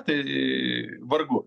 tai vargu